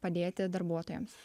padėti darbuotojams